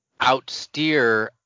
outsteer